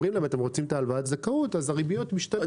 אומרים להם: רוצים הלוואת זכאות - אז הריביות משתנות.